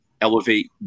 elevate